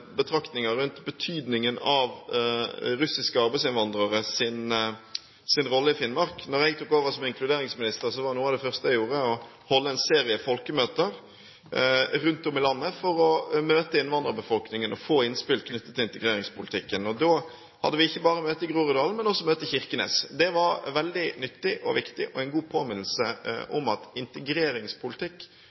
betraktninger rundt betydningen av russiske arbeidsinnvandreres rolle i Finnmark. Da jeg tok over som inkluderingsminister, var noe av det første jeg gjorde å holde en serie folkemøter rundt om i landet for å møte innvandrerbefolkningen og få innspill knyttet til integreringspolitikken. Da hadde vi møte ikke bare i Groruddalen, men også i Kirkenes. Det var veldig nyttig og viktig og en god påminnelse om at integreringspolitikk